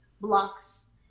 blocks